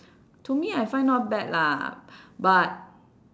to me I find not bad lah but